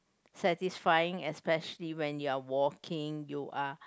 satisfying especially when you are walking you are